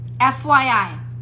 FYI